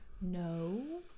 No